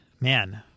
man